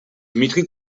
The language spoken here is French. dmitri